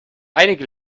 einige